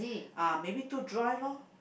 ah maybe too dry lor